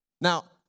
Now